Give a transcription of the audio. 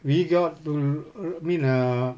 we got to err I mean uh